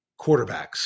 quarterbacks